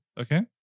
okay